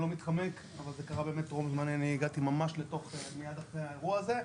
אני לא מתחמק אבל זה קר טרום זמני אני הגעתי ממש מיד אחרי האירוע הזה,